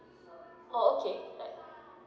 orh okay right